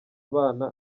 abana